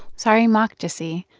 saree makdisi,